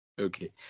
okay